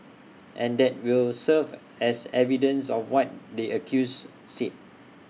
and that will serve as evidence of what the accused said